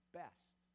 best